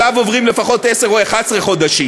עליו עוברים לפחות עשרה או 11 חודשים,